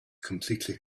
completely